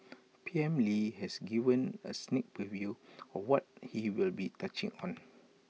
P M lee has given A sneak preview of what he will be touching on